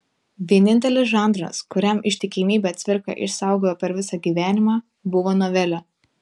vienintelis žanras kuriam ištikimybę cvirka išsaugojo per visą gyvenimą buvo novelė